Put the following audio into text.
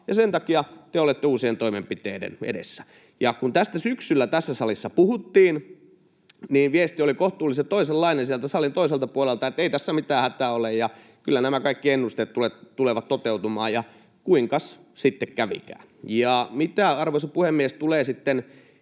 Ja sen takia te olette uusien toimenpiteiden edessä. Kun tästä syksyllä tässä salissa puhuttiin, viesti oli kohtuullisen toisenlainen sieltä salin toiselta puolelta, se, että ei tässä mitään hätää ole ja kyllä nämä kaikki ennusteet tulevat toteutumaan, ja kuinkas sitten kävikään. Mitä, arvoisa puhemies, tulee sitten